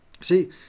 See